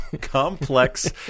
Complex